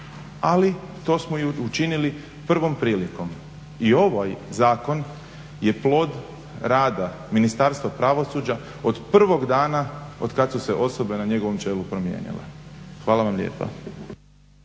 ali to smo učinili prvom prilikom. I ovaj zakon je plod rada Ministarstva pravosuđa od prvog dana od kada su se osobe na njegovom čelu promijenile. Hvala vam lijepa.